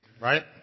right